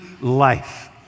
life